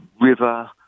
river